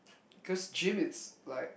cause gym it's like